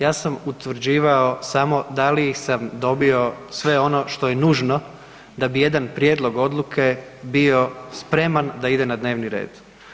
Ja sam utvrđivao samo da li sam dobio sve ono što je nužno da bi jedan prijedlog odluke bio spreman da ide na dnevni red.